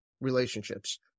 Relationships